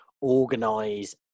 organise